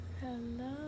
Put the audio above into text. hello